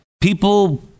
People